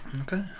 Okay